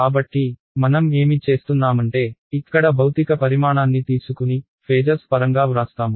కాబట్టి మనం ఏమి చేస్తున్నామంటే ఇక్కడ భౌతిక పరిమాణాన్ని తీసుకుని ఫేజర్స్ పరంగా వ్రాస్తాము